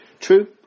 True